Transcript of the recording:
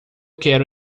quero